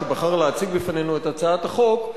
שבחר להציג בפנינו את הצעת החוק,